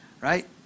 right